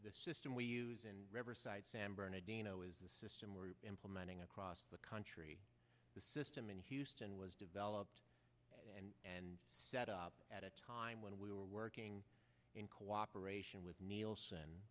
the system we use in san bernadino is the system we're implementing across the country the system in houston was developed and set up at a time when we were working in cooperation with nielsen